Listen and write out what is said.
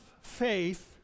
faith